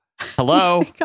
Hello